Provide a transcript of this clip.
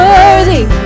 Worthy